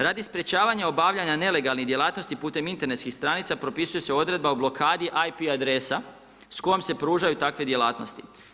Radi sprečavanja obavljanja nelegalnih djelatnosti putem internetskih stranica, propisuje se Odredba o blokadi IP adresa, s kojom se pružaju takve djelatnosti.